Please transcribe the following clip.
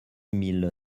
mille